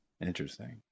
Interesting